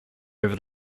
over